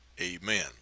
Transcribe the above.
Amen